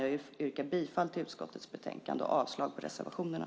Jag yrkar bifall till förslaget i utskottets betänkande och avslag på reservationerna.